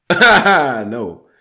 No